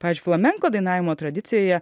pavyzdžiui flamenko dainavimo tradicijoje